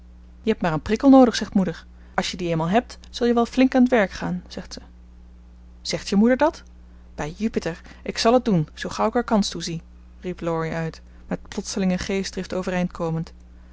je hebt maar een prikkel noodig zegt moeder als je dien eenmaal hebt zul je wel flink aan t werk gaan zegt ze zegt je moeder dat bij jupiter ik zal het doen zoo gauw ik er kans toe zie riep laurie uit met plotselinge geestdrift overeind komend